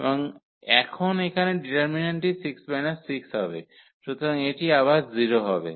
এবং এখন এখানে ডিটারমিন্যান্টটি 6 6 হবে সুতরাং এটি আবার 0 হবে